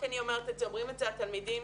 אני אומרת את זה ואומרים את זה התלמידים.